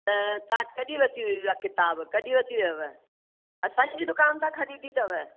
त तव्हां कॾहिं वठी विया किताबु कॾहिं वरिती वियव असांजी दुकान था ख़रीदी अथव